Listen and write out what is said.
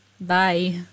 bye